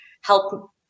help